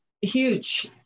huge